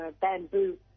bamboo